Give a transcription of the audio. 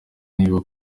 niba